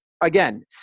again